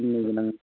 फाननो गोनां